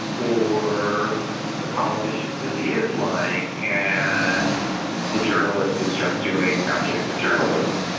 or the politician really is lying and the journalist is just doing objective journalism.